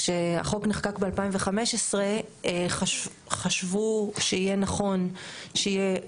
כשהחוק נחקק ב-2015 חשבו שיהיה נכון שיהיה